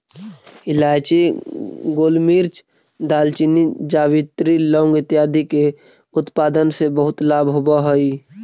इलायची, गोलमिर्च, दालचीनी, जावित्री, लौंग इत्यादि के उत्पादन से बहुत लाभ होवअ हई